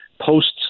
posts